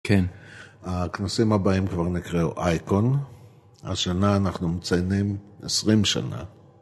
כן, הכנסים הבאים כבר נקראו אייקון, השנה אנחנו מציינים 20 שנה.